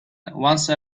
once